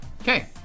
Okay